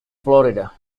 florida